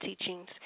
teachings